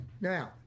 Now